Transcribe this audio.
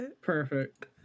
perfect